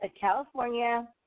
California